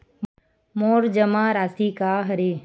मोर जमा राशि का हरय?